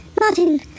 Martin